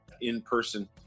in-person